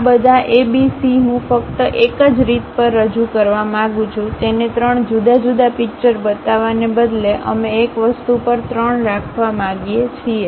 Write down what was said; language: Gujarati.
આ બધા એ બી સી હું ફક્ત એક જ રીત પર રજૂ કરવા માંગું છું તેને ત્રણ જુદા જુદા પિક્ચર બતાવવાને બદલે અમે એક વસ્તુ પર ત્રણ રાખવા માંગીએ છીએ